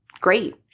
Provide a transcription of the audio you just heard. great